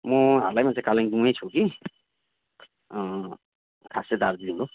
म हालैमा चाहिँ कालिम्पोङमै छु कि खास चाहिँ दार्जिलिङको